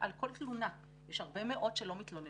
על כל תלונה יש הרבה מאוד שלא מתלוננים,